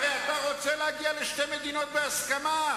הרי אתה רוצה להגיע לשתי מדינות בהסכמה.